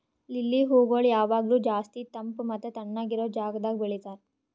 lily ಹೂಗೊಳ್ ಯಾವಾಗ್ಲೂ ಜಾಸ್ತಿ ತಂಪ್ ಮತ್ತ ತಣ್ಣಗ ಇರೋ ಜಾಗದಾಗ್ ಬೆಳಿತಾರ್